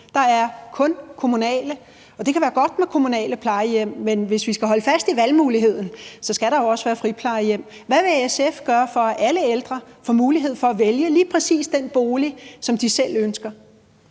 Der er kun kommunale, og det kan være godt med kommunale plejehjem, men hvis vi skal holde fast i valgmuligheden, skal der jo også være friplejehjem. Hvad vil SF gøre for, at alle ældre får mulighed for at vælge lige præcis den bolig, som de selv ønsker?